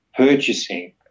Purchasing